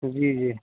جی جی